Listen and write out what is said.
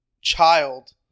child